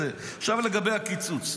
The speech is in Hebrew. עכשיו לגבי הקיצוץ.